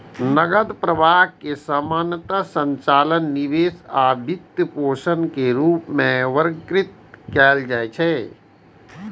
नकद प्रवाह कें सामान्यतः संचालन, निवेश आ वित्तपोषण के रूप मे वर्गीकृत कैल जाइ छै